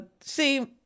See